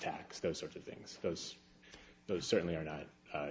tax those sort of things those those certainly are not